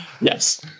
Yes